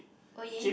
oh ya